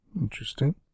Interesting